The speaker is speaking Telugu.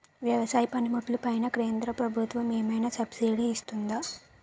వ్యవసాయ పనిముట్లు పైన కేంద్రప్రభుత్వం ఏమైనా సబ్సిడీ ఇస్తుందా?